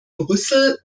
brüssel